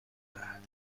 دهد